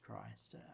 Christ